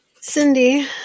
cindy